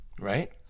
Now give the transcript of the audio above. right